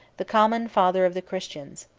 the common father of the christians.